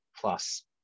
plus